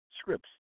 Scripts